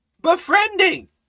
befriending